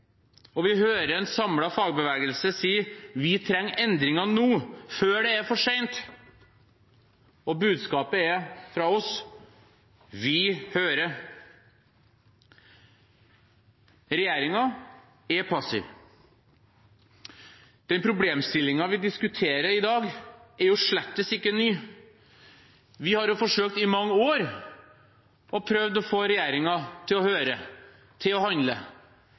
og vi hører en samlet fagbevegelse si: Vi trenger endringer nå, før det er for sent. Og budskapet fra oss er: Vi hører. Regjeringen er passiv. Den problemstillingen vi diskuterer i dag, er slett ikke ny. Vi har i mange år forsøkt å få regjeringen til å høre, til å handle,